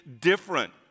different